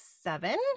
seven